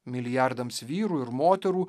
milijardams vyrų ir moterų